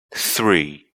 three